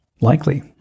likely